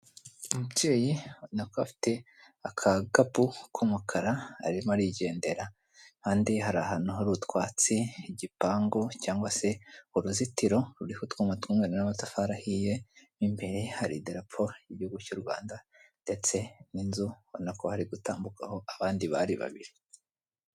Umubyeyi ubona ko afite agakapu k'umukara arimo arigendera, impande ye hari ahantu hari utwatsi, igipangu cyangwa se uruzitiro ruriho utwuma tw'umweru n'amatafari ahiye, mimbere hari idarapo ry'igihugu cy'u Rwanda, ndetse n'inzu ubona ko hari gutambukaho abandi bari babiri.